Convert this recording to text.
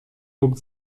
mógł